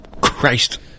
Christ